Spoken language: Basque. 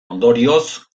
ondorioz